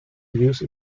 use